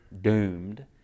doomed